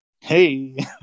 Hey